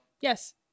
Yes